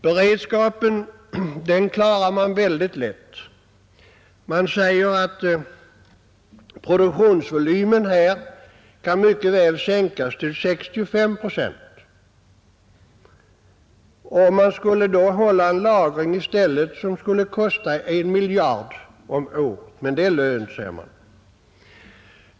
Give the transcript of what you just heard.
Beredskapen klarar man väldigt lätt. Man säger att produktionsvolymen här mycket väl kan sänkas till 65 procent, och vi skulle då i stället ha en lagring som skulle kosta 1 miljard om året. Men det är det lönt, säger man.